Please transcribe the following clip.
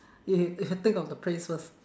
you you you think of the phrase first